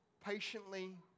patiently